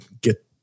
get